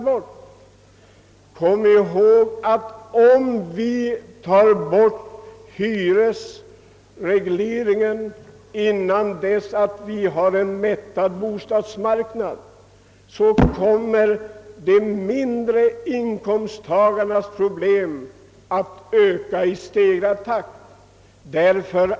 Men kom ihåg, att om vi tar bort hyresregleringen innan vi lyckats mätta bostadsmarknaden, så kommer de mindre inkomsttagarnas och småhandelns problem att bli ännu större.